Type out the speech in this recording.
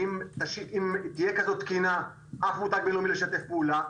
אם תהיה כזו תקינה אף מותג בינלאומי לא ישתף פעולה,